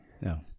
No